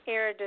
Air